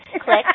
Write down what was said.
Click